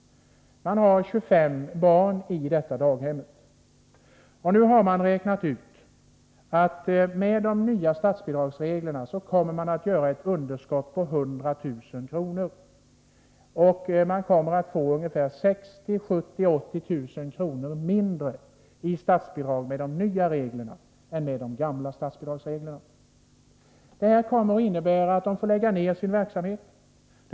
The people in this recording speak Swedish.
Man har 25 barn i detta daghem. Kåren har nu räknat ut att man, med de nya statsbidragsreglerna, kommer att få ett underskott på 100 000 kr. Enligt de nya reglerna får man ungefär 60 000-80 000 kr. mindre i statsbidrag. Detta kommer att innebära att daghemmet tvingas lägga ned sin verksamhet.